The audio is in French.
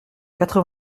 quatre